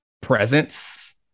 presence